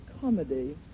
comedy